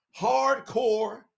hardcore